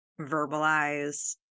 verbalize